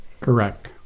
correct